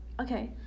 Okay